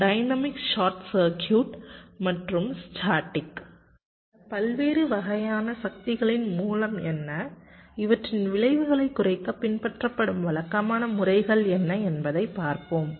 dynamic short circuit மற்றும் static இந்த பல்வேறு வகையான சக்திகளின் மூலம் என்ன இவற்றின் விளைவுகளை குறைக்க பின்பற்றப்படும் வழக்கமான முறைகள் என்ன என்பதைப் பார்ப்போம்